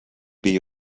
bee